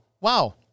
wow